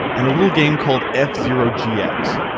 and a little game called f-zero gx.